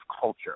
culture